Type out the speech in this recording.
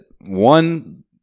One